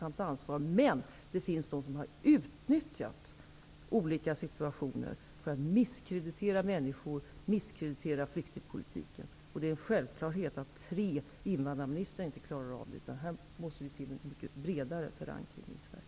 Men det finns de som har utnyttjat olika situationer för att misskreditera flyktingpolitiken. Det är en självklarhet att tre invandrarministrar inte har kunnat klara av detta. Här måste till en bredare förankring i Sverige.